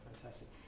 fantastic